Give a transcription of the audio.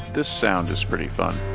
this sound is pretty fun,